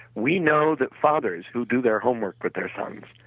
we know that fathers who do their homework with their sons